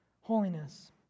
holiness